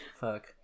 Fuck